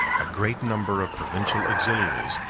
a great number of provincial auxiliaries,